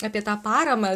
apie tą paramą